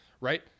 Right